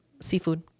seafood